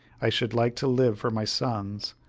i should like to live for my sons,